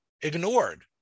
ignored